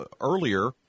earlier